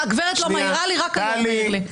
הגברת לא מעירה לי, רק היושב-ראש מעיר לי.